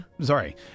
Sorry